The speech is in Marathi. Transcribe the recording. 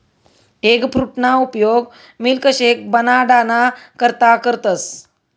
एगफ्रूटना उपयोग मिल्कशेक बनाडाना करता करतस